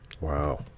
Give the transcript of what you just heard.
Wow